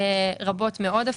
אפילו רבות מאוד,